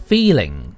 Feeling